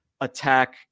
attack